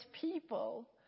people